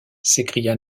s’écria